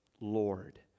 Lord